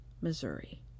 Missouri